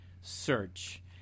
search